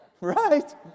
Right